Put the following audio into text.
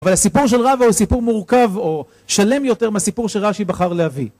אבל הסיפור של רבא הוא סיפור מורכב או שלם יותר מהסיפור שרש"י בחר להביא